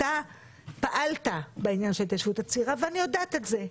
אתה פעלת בעניין של ההתיישבות הצעירה ואני יודעת א זה,